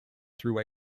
through